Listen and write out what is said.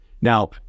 Now